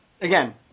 again